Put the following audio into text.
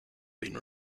been